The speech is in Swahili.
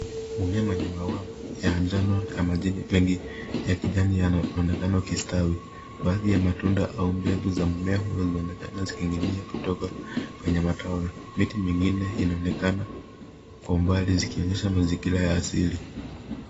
Mmea wenye maua ya njano na majani mengi yanaonekana yakistawi. Baadhi ya matunda au mbegu za mimea huonekana zikiegemea kutoka kwenye matawi. Miti mingine inaonekana kwa umbali zikionyesha mazingira ya asili.